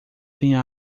tem